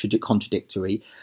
contradictory